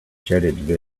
jetted